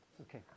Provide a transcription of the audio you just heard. Okay